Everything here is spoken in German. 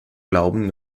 glauben